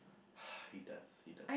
he does he does